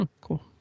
Cool